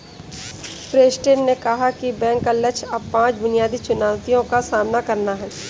Preston ने कहा कि बैंक का लक्ष्य अब पांच बुनियादी चुनौतियों का सामना करना है